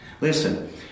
Listen